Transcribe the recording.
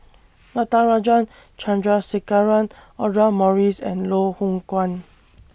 Natarajan Chandrasekaran Audra Morrice and Loh Hoong Kwan